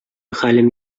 хәлем